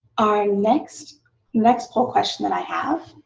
our next next whole question that i have